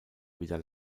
wieder